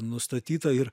nustatyta ir